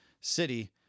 City